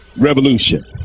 Revolution